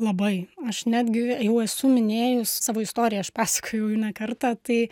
labai aš netgi jau esu minėjus savo istoriją aš pasakojau ne kartą tai